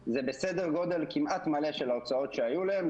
זה בסדר גודל כמעט מלא של ההוצאות שהיו להם,